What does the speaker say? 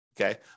okay